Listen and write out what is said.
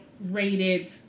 rated